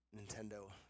Nintendo